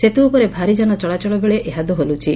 ସେତୁ ଉପରେ ଭାରିଯାନ ଚଳାଚଳ ବେଳେ ଏହା ଦୋହଲୁଛି